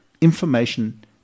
information